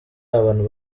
abantu